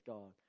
God